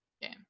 game